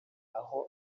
aho